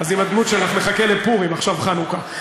אז עם הדמות שלך נחכה לפורים, עכשיו חנוכה.